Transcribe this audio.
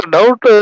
Doubt